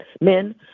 men